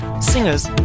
singers